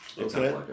Okay